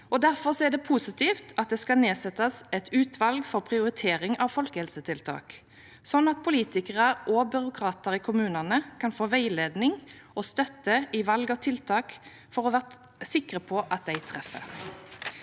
Derfor er det positivt at det skal nedsettes et utvalg for prioritering av folkehelsetiltak, sånn at politikere og byråkrater i kommunene kan få veiledning og støtte i valg av tiltak for å være sikre på at de treffer.